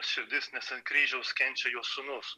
širdis nes ant kryžiaus kenčia jo sūnus